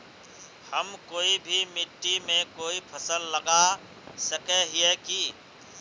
हम कोई भी मिट्टी में कोई फसल लगा सके हिये की?